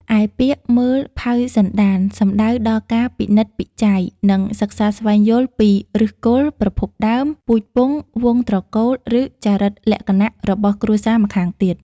ឯពាក្យ មើលផៅសន្តាន សំដៅដល់ការពិនិត្យពិច័យ និងសិក្សាស្វែងយល់ពី ឫសគល់ ប្រភពដើម ពូជពង្ស វង្សត្រកូល ឬចរិតលក្ខណៈ របស់គ្រួសារម្ខាងទៀត។